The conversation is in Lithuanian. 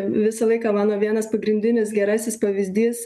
visą laiką mano vienas pagrindinis gerasis pavyzdys